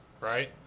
Right